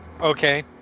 okay